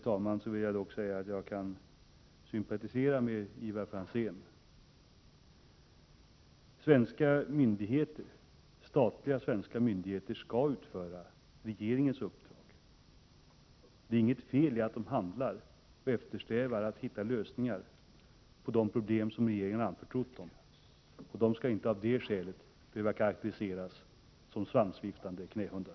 På en punkt vill jag dock säga att jag kan sympatisera med Ivar Franzén. Statliga svenska myndigheter skall utföra regeringens uppdrag. Det är inget fel i att de eftersträvar att hitta lösningar på de problem som regeringen anförtrott dem. De skall inte av det skälet behöva karakteriseras som svansviftande knähundar.